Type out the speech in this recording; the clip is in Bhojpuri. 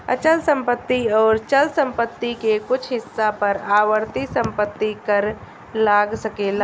अचल संपत्ति अउर चल संपत्ति के कुछ हिस्सा पर आवर्ती संपत्ति कर लाग सकेला